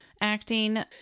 acting